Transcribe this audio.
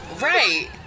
right